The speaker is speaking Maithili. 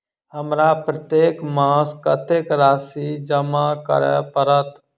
हमरा प्रत्येक मास कत्तेक राशि जमा करऽ पड़त?